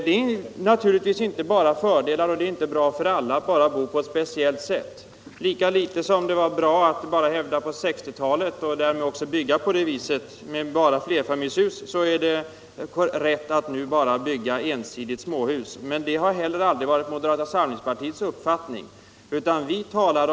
Det är naturligtvis inte bara fördelar med småhus, och det är inte bra om alla skall bo bara på ett sätt. Lika litet som det var bra på 1960-talet att hävda att alla skulle bo i flerfamiljshus, och därmed också bygga på det sättet, lika litet är det rätt att nu ensidigt bygga småhus. Det har heller aldrig varit moderata samlingspartiets uppfattning att man skall göra det.